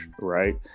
right